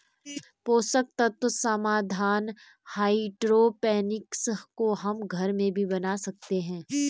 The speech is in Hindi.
पोषक तत्व समाधान हाइड्रोपोनिक्स को हम घर में भी बना सकते हैं